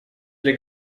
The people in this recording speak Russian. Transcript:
для